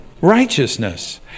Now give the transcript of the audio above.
Righteousness